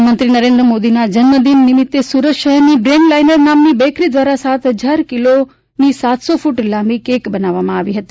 પ્રધાનમંત્રી નરેન્દ્ર મોદીના જન્મદિન નિમિત્તે સુરત શહેરની બ્રેડલાઇનર નામની બેકરી દ્વારા સાત હજાર કિલોની સાતસો ફુટ લાંબી કેક બનાવવામાં આવી હતી